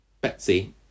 Betsy